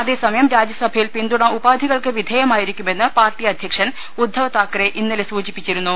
അതേസമയം രാജ്യസഭയിൽ പിന്തുണ ഉപാധികൾക്ക് വിധേ മായിരിക്കുമെന്ന് പാർട്ടി അധ്യക്ഷൻ ഉദ്ധവ് താക്കറെ ഇന്നലെ സൂചിപ്പിച്ചിരുന്നു